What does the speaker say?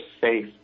safe